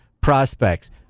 prospects